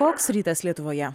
koks rytas lietuvoje